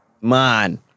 man